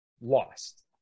lost